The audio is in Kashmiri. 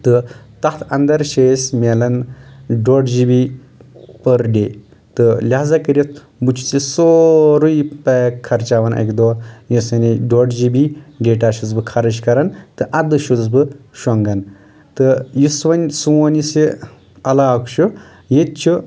تہٕ تَتھ اَنٛدر چھِ اَسہِ میلان ڈۄڈ جی بی پٔر ڈے تہٕ لِہذا کٔرِتھ بہٕ چھُس یہِ سورُے پیک خرچاوان اَکہِ دۄہ یُس زَن یہِ ڈۄڈ جی بی ڈیٹا چھُس بہٕ خرٕچ کران تہٕ اَدٕ چھُس بہٕ شۄنٛگان تہٕ یُس وَنۍ سون یُس یہِ علاقہٕ چھُ ییٚتہِ چھُ